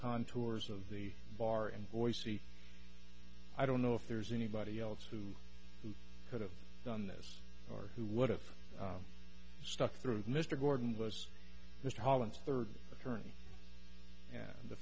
contours of the bar and boise i don't know if there's anybody else who could have done this or who would have stuck through mr gordon was mr holland's third attorney